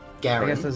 Gary